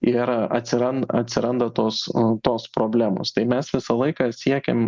ir atsiran atsiranda tos tos problemos tai mes visą laiką siekiam